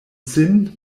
sin